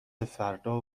فردا